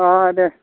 दे